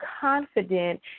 confident